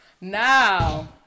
Now